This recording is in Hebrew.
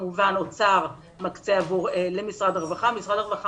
כמובן האוצר מקצה למשרד הרווחה ומשרד הרווחה